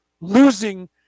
losing